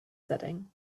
setting